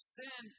sin